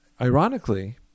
Ironically